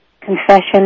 Confession